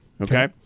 okay